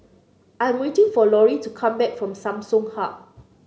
I'm waiting for Laurie to come back from Samsung Hub